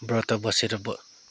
ब्रत बसेर ब